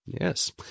yes